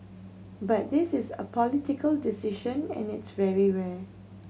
but this is a political decision and it's very rare